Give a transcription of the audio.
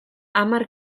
hamar